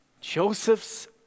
Joseph's